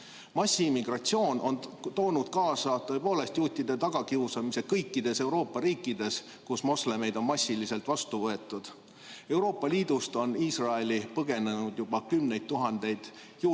Massiimmigratsioon on toonud kaasa tõepoolest juutide tagakiusamise kõikides Euroopa riikides, kus moslemeid on massiliselt vastu võetud. Euroopa Liidust on Iisraeli põgenenud juba kümneid tuhandeid juute